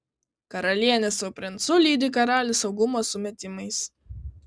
karalienė su princu lydi karalių saugumo sumetimais